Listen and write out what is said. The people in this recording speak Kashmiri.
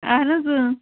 اَہَن حظ اۭں